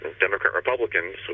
Democrat-Republicans